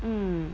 mm